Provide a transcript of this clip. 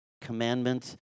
commandment